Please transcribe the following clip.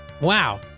Wow